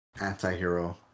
anti-hero